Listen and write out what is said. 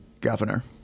governor